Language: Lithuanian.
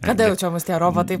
kada jau čia mus tie robotai